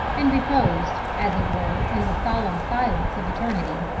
and reposed as it were in the solemn silence of eternity.